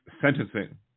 sentencing